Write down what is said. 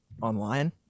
online